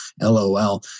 LOL